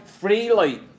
freely